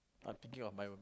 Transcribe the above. I'm thinking of my